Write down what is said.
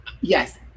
yes